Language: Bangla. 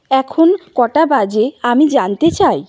এখন কটা বাজে আমি জানতে চাই